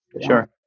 Sure